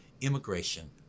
immigration